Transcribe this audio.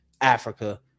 Africa